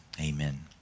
amen